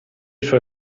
suoi